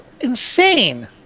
insane